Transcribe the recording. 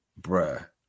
bruh